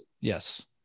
Yes